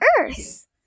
Earth